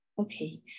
okay